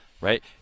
right